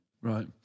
Right